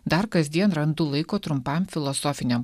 dar kasdien randu laiko trumpam filosofiniam